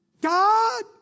God